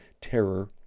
terror